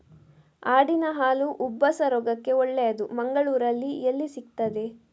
ಆಡಿನ ಹಾಲು ಉಬ್ಬಸ ರೋಗಕ್ಕೆ ಒಳ್ಳೆದು, ಮಂಗಳ್ಳೂರಲ್ಲಿ ಎಲ್ಲಿ ಸಿಕ್ತಾದೆ?